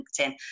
LinkedIn